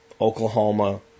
Oklahoma